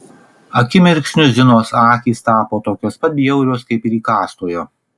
akimirksniu zinos akys tapo tokios pat bjaurios kaip ir įkąstojo